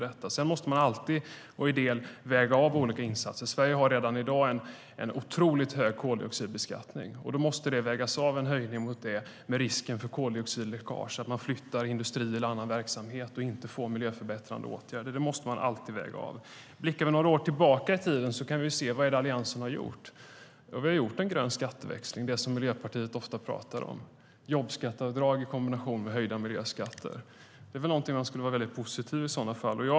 Sedan måste man alltid väga av olika insatser. Sverige har redan i dag en otroligt hög koldioxidbeskattning. Då måste en höjning vägas av mot risken för koldioxidläckage, att man flyttar industrier eller annan verksamhet och inte får miljöförbättrande åtgärder. Det måste man alltid väga av. Blickar vi några åt tillbaka i tiden kan vi se vad Alliansen har gjort. Vi har gjort en grön skatteväxling, som Miljöpartiet ofta pratar om. Det är jobbskatteavdrag i kombination med höjda miljöskatter. Det är väl något som man skulle vara väldigt positiv till i sådana fall.